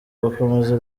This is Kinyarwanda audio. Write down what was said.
bakomeza